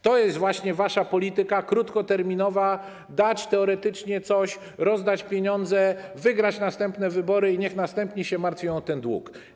To jest właśnie wasza polityka krótkoterminowa: dać teoretycznie coś, rozdać pieniądze, wygrać następne wybory i niech następni się martwią o ten dług.